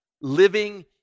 living